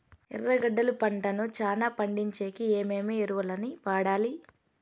ఎర్రగడ్డలు పంటను చానా పండించేకి ఏమేమి ఎరువులని వాడాలి?